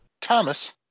Thomas